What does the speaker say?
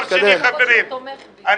שנית,